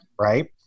right